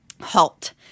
Halt